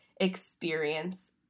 experience